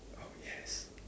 oh yes